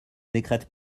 décrète